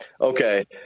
okay